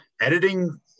editing